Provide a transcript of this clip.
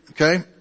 Okay